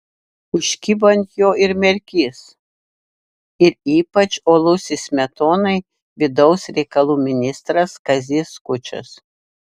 užkibo ant jo ir merkys ir ypač uolusis smetonai vidaus reikalų ministras kazys skučas